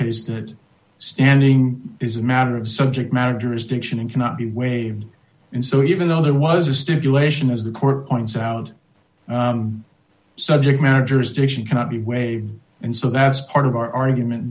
cases that standing is a matter of subject matter is diction and cannot be waived and so even though there was a stipulation as the court points out subject matters duration cannot be way and so that's part of our argument